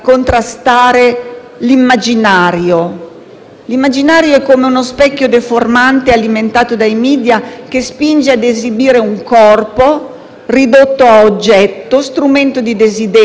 l'immaginario, che è come uno specchio deformante alimentato dai *media,* che spinge ad esibire un corpo, ridotto a oggetto, strumento di desiderio, possesso di qualcun altro.